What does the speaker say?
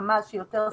כמה שיותר סמכויות.